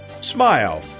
Smile